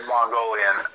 Mongolian